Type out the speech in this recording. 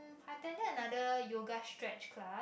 I attended another yoga stretch class